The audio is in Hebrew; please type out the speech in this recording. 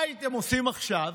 מה הייתם עושים עכשיו